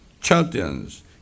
champions